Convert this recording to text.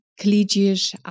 collegiate